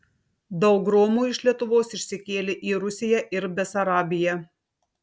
daug romų iš lietuvos išsikėlė į rusiją ir besarabiją